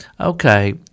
okay